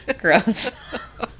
Gross